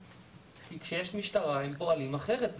כי כשיש משטרה הם פועלים אחרת.